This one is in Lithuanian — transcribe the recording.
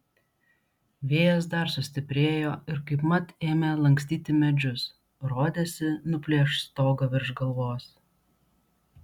vėjas dar sustiprėjo ir kaipmat ėmė lankstyti medžius rodėsi nuplėš stogą virš galvos